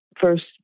first